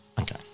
Okay